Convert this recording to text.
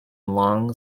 long